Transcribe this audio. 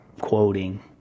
quoting